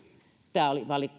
tämä oli